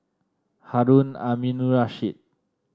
Harun Aminurrashid